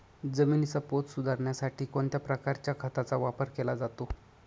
जमिनीचा पोत सुधारण्यासाठी कोणत्या प्रकारच्या खताचा वापर केला जातो?